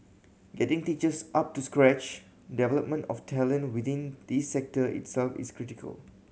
getting teachers up to scratch development of talent within this sector itself is critical